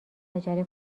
عجله